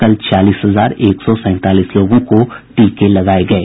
कल छियालीस हजार एक सौ सैंतालीस लोगों को टीके लगाये गये